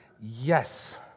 Yes